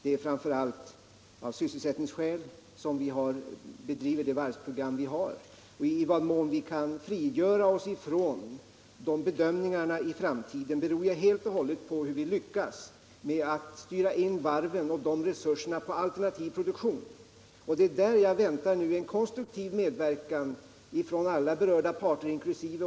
Det är framför allt av sysselsättningsskäl som vi har det varvsprogram vi har. I vad mån vi i framtiden kan frigöra oss ifrån bedömningarna i varvsprogrammet beror helt och hållet på hur vi lyckas styra in varvens resurser på alternativ produktion. Jag väntar nu en konstruktiv medverkan från alla berörda parter, inkl.